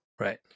Right